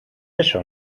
eso